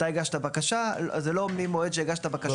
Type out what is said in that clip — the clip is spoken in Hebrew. אתה הגשת בקשה, זה לא ממועד שהגשת בקשה מלאה.